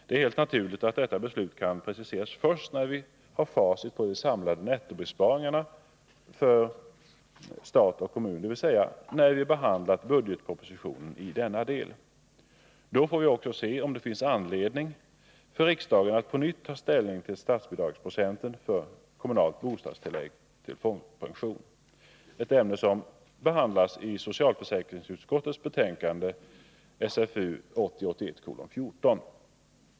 Det är helt naturligt att detta beslut kan preciseras först när vi har facit beträffande de samlade nettobesparingarna för stat och kommun, dvs. när vi behandlat budgetpropositionen i denna del. Då får vi också se om det finns anledning för riksdagen att på nytt ta ställning till statsbidragsprocenten för kommunalt bostadstillägg till folkpension — ett ämne som behandlas i socialförsäkringsutskottets betänkande 1980/81:14.